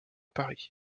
paris